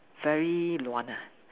very 乱 ah